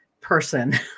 person